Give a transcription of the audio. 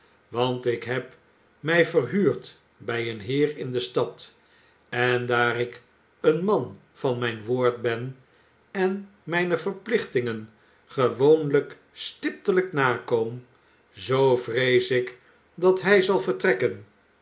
want ik heb mij verhuurd bij een heer in de stad en daar ik een man van mijn woord ben en mijne verplichtingen gewoonlijk stiptelijk nakom zoo vrees ik dat hij zal vertrekken